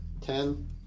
Ten